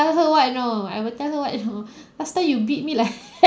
tell her what you know I will tell her what you know last time you beat me like